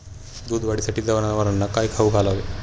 दूध वाढीसाठी जनावरांना काय खाऊ घालावे?